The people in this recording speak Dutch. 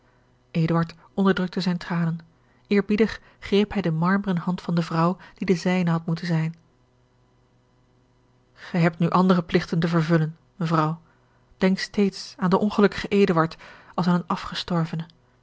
onderdrukte zijne tranen eerbiedig greep hij de marmeren hand van de vrouw die de zijne had moeten zijn gij heb nu andere pligten te vervullen mevrouw denk steeds aan den ongelukkigen eduard als aan een afgestorvene